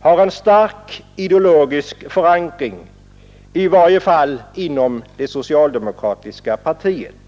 har en stark ideologisk för banksektorn, förankring, i varje fall inom det socialdemokratiska partiet.